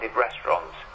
restaurants